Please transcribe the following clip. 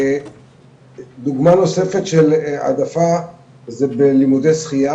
דוגמא נוספת של ההעדפה זה בלימודי שחייה